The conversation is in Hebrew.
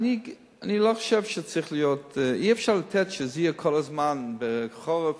אי-אפשר לתת שזה יהיה כל הזמן כך שבחורף